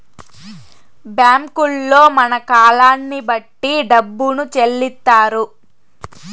బ్యాంకుల్లో మన కాలాన్ని బట్టి డబ్బును చెల్లిత్తారు